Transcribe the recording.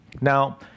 Now